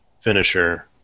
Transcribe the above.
finisher